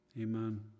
Amen